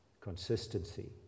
consistency